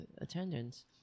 attendance